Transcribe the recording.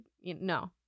No